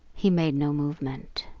he made no movement.